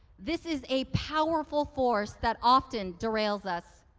this is a powerful force that often derails us.